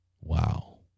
wow